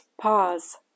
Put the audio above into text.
Pause